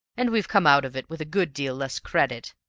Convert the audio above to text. and we've come out of it with a good deal less credit.